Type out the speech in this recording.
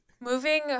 moving